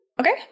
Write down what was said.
Okay